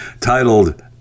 titled